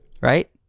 right